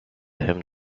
him